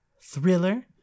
thriller